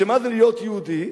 שמה זה להיות יהודי?